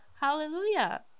Hallelujah